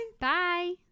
Bye